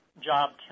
job